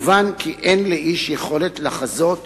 מובן כי אין לאיש יכולת לחזות